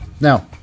Now